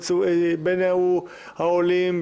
בין אם הם עולים,